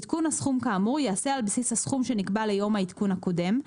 עדכון הסכום כאמור ייעשה על בסיס הסכום שנקבע ליום העדכון הקודם,